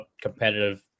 competitive